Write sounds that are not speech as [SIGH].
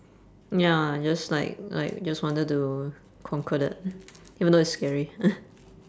ya just like like just wanted to conquer that even though it's scary [NOISE]